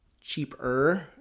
cheaper